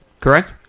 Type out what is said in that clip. Correct